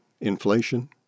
inflation